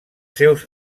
seus